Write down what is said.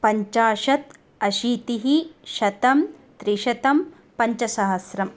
पञ्चाशत् अशीतिः शतं त्रिशतं पञ्चसहस्रम्